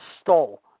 stole